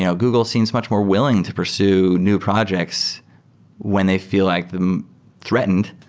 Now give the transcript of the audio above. yeah google seems much more willing to pursue new projects when they feel like threatened.